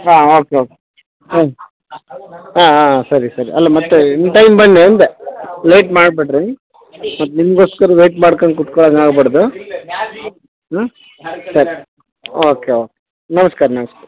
ಹಾಂ okay okay ಹ್ಞೂ ಹಾಂ ಹಾಂ ಹಾಂ ಸರಿ ಸರಿ ಅಲ್ಲ ಮತ್ತೆ ಇನ್ ಟೈಮ್ ಬನ್ನಿ ಅಂದೆ ಲೇಟ್ ಮಾಡಬೇಡ್ರಿ ಮತ್ತೆ ನಿಮಗೋಸ್ಕರ ವೆಯ್ಟ್ ಮಾಡ್ಕೊಂಡು ಕೂತ್ಕೋಳೋಂಗೆ ಆಗ್ಬಾರ್ದು ಹ್ಞೂ ಸರಿ ಓಕೆ ಓಕೆ ನಮಸ್ಕಾರ ನಮಸ್ಕಾರ